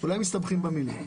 אולי מסתבכים במילים.